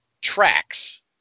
tracks